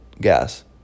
gas